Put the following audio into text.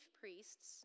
priests